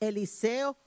Eliseo